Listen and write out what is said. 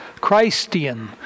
Christian